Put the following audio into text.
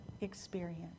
experience